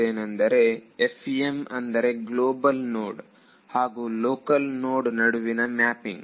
FEM ಅಂದರೆ global node ಹಾಗೂ local node ನಡುವಿನ ಮ್ಯಾಪಿಂಗ್